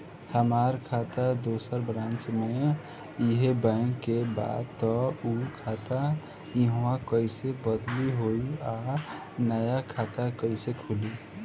हमार खाता दोसर ब्रांच में इहे बैंक के बा त उ खाता इहवा कइसे बदली होई आ नया खाता कइसे खुली?